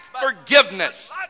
forgiveness